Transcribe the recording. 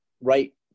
right